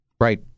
Right